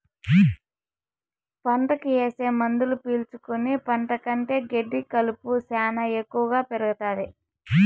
పంటకి ఏసే మందులు పీల్చుకుని పంట కంటే గెడ్డి కలుపు శ్యానా ఎక్కువగా పెరుగుతాది